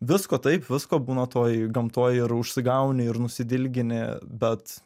visko taip visko būna toj gamtoj ir užsigauni ir nusidilgini bet